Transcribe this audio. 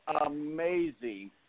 amazing